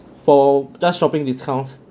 for just shopping discounts